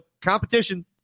Competition